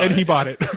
and he bought it.